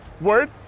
Word